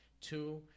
two